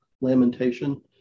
lamentation